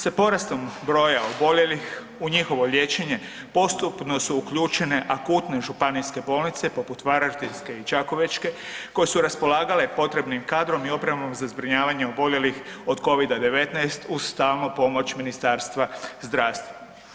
Sa porastom broja oboljelih u njihovo liječenje postupno su uključene akutne županijske bolnice, poput varaždinske i čakovečke, koje su raspolagale potrebnim kadrom i opremom za zbrinjavanje oboljelih od Covida-19 uz stalnu pomoć Ministarstva zdravstva.